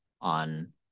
on